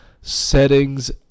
settings